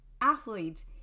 athletes